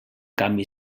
canvi